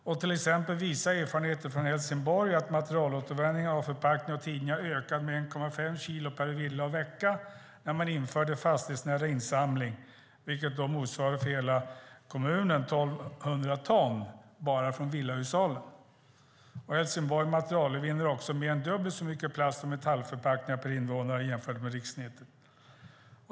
Erfarenheter från till exempel Helsingborg visar att materialåtervinningen av förpackningar och tidningar ökade med 1,5 kilo per villa och vecka när man införde fastighetsnära insamling, vilket för hela kommunen motsvarade 1 200 ton från bara villahushållen. Helsingborg materialåtervinner också mer än dubbelt så mycket plast och metallförpackningar jämfört med rikssnittet.